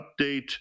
update